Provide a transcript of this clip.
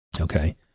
Okay